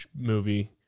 movie